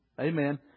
Amen